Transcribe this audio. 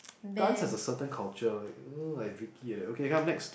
dance has a certain culture you know like Vicky like that okay come next